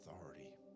authority